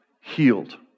healed